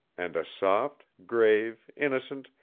and a soft, grave, innocent,